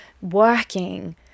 working